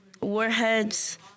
Warheads